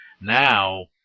Now